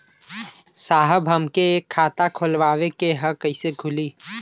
साहब हमके एक खाता खोलवावे के ह कईसे खुली?